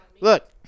look